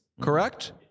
Correct